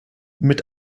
mit